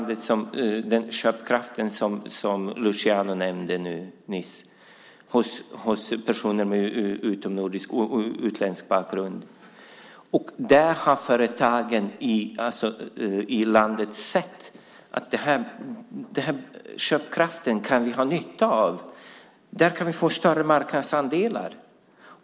Den köpkraft som Luciano nämnde nyss finns hos personer med utländsk bakgrund i det här landet. Företagen i landet har sett att de kan ha nytta av den köpkraften. Där kan de få större marknadsandelar.